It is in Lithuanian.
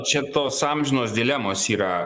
čia tos amžinos dilemos yra